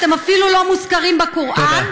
אתם אפילו לא מוזכרים בקוראן.